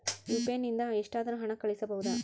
UPI ನಿಂದ ಎಷ್ಟಾದರೂ ಹಣ ಕಳಿಸಬಹುದಾ?